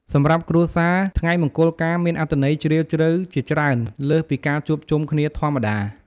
សម្រាប់គ្រួសារ ថ្ងៃមង្គលការមានអត្ថន័យជ្រាលជ្រៅជាច្រើនលើសពីការជួបជុំគ្នាធម្មតា។